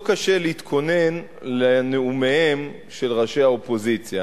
לא קשה להתכונן לנאומיהם של ראשי האופוזיציה.